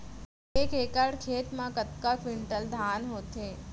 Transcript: एक एकड़ खेत मा कतका क्विंटल धान होथे?